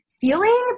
feeling